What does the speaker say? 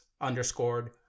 underscored